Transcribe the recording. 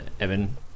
Evan